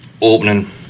opening